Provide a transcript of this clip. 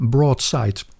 Broadside